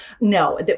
No